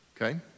okay